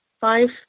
five